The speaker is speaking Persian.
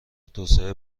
توسعه